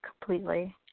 completely